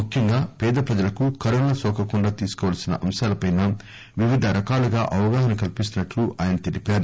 ముఖ్యంగా పేద ప్రజలకు కరోనా నోకకుండా తీసుకోవాల్సిన అంశాలపై వివిధ రకాలుగా అవగాహన కల్పిస్తున్నట్లు అయన తెలిపారు